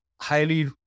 highly